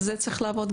על זה צריך לעבוד.